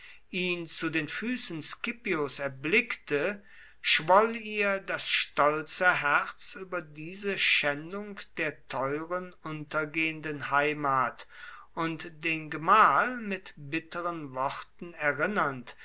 ihn zu den füßen scipios erblickte schwoll ihr das stolze herz über diese schändung der teuren untergehenden heimat und den gemahl mit bitteren worten erinnernd